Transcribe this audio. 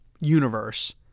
universe